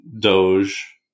Doge